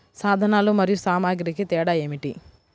సాధనాలు మరియు సామాగ్రికి తేడా ఏమిటి?